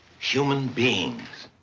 human beings?